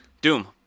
Doom